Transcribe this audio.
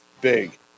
Big